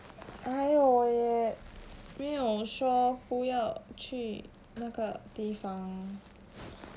哎哟我也没有说不要去那个地方